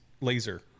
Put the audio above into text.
laser